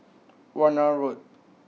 Warna Road